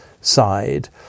side